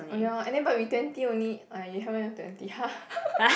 oh ya and then but we twenty only !aiya! you haven't even twenty